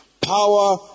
Power